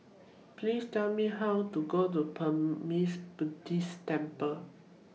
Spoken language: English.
Please Tell Me How to get to Burmese Buddhist Temple